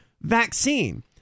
vaccine